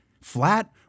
Flat